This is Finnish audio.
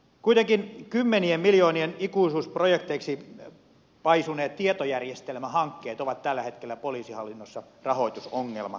kuitenkin kymmenien miljoonien ikuisuusprojekteiksi paisuneet tietojärjestelmähankkeet ovat tällä hetkellä poliisihallinnossa rahoitusongelma